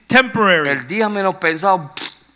temporary